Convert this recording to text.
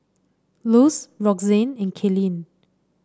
Luz Roxanne and Kaelyn